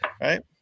Right